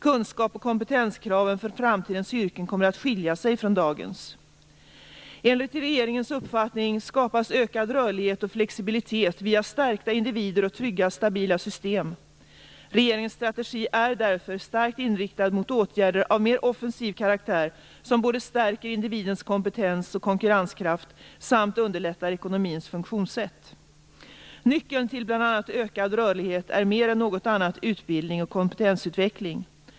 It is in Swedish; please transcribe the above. Kunskaps och kompetenskraven för framtidens yrken kommer att skilja sig från dagens. Enligt regeringens uppfattning skapas ökad rörlighet och flexibilitet via stärkta individer och trygga stabila system. Regeringens strategi är därför starkt inriktad mot åtgärder av mer offensiv karaktär som både stärker individens kompetens och konkurrenskraft och underlättar ekonomins funktionssätt. Nyckeln till bl.a. ökad rörlighet är mer än något annat utbildning och kompetensutveckling.